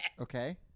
Okay